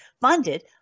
funded